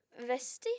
Vesti